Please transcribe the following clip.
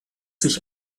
sich